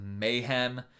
Mayhem